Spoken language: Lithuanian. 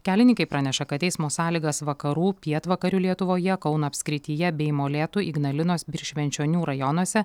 kelininkai praneša kad eismo sąlygas vakarų pietvakarių lietuvoje kauno apskrityje bei molėtų ignalinos ir švenčionių rajonuose